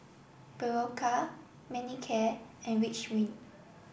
Berocca Manicare and Ridwind